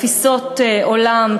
תפיסות עולם,